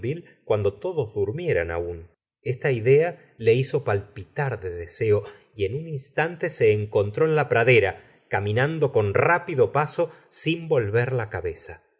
cuando todos durmieran aún esta idea le hizo palpitar de deseo y en un instante se encontró en la pradera caminando con rápido paso sin volver la cabeza